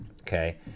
Okay